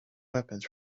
weapons